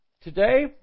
Today